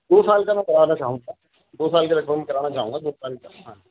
دو سال کا میں کرانا چاہوں گا دو سال کا لگ بھگ میں کرانا چاہوں گا دو سال کا ہاں